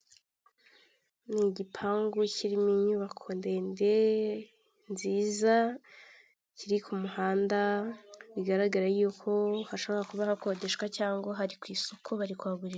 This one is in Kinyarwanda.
Ikinyabiziga k'ibinyamitende kikoreye kigaragara cyakorewe mu Rwanda n'abagabo batambuka muri iyo kaburimbo n'imodoka nyinshi ziparitse zitegereje abagenzi.